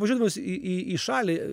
važiuodamas į į į šalį